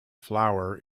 flour